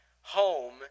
home